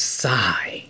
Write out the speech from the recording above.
sigh